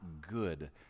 good